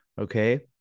okay